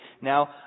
now